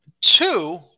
Two